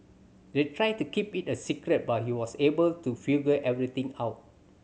they tried to keep it a secret but he was able to figure everything out